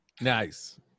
Nice